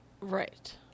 Right